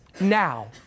now